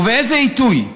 ובאיזה עיתוי?